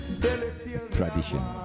Tradition